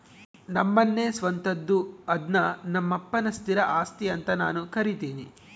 ನಮ್ಮನೆ ಸ್ವಂತದ್ದು ಅದ್ನ ನಮ್ಮಪ್ಪನ ಸ್ಥಿರ ಆಸ್ತಿ ಅಂತ ನಾನು ಕರಿತಿನಿ